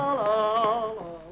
oh